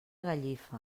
gallifa